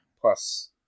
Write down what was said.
plus